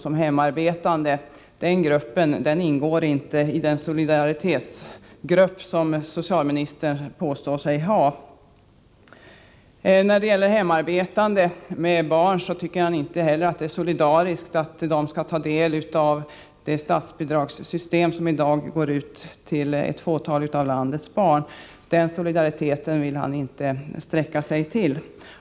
Gruppen hemarbetande ingår inte i den solidaritetsgrupp som socialministern påstår sig ha. När det gäller hemarbetande med barn tycker han inte heller att det är solidariskt att de skall få del av det statsbidragssystem som i dag avser ett fåtal av landets barn. Så långt vill han inte sträcka sig när det gäller solidariteten.